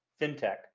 FinTech